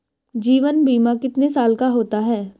जीवन बीमा कितने साल का होता है?